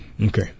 Okay